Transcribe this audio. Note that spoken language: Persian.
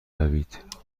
روید